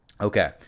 Okay